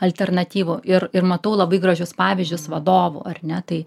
alternatyvų ir ir matau labai gražius pavyzdžius vadovų ar ne tai